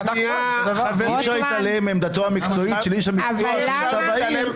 אי אפשר להתעלם מעמדתו המקצועית של איש המקצוע שנמצא בעיר,